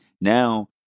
Now